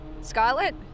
Scarlet